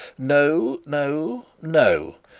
no no no!